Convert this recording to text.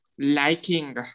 liking